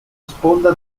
sponda